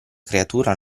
creatura